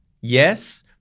yes